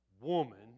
woman